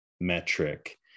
metric